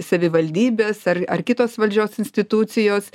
savivaldybės ar ar kitos valdžios institucijos